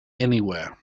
anywhere